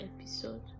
episode